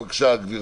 בבקשה, גברתי.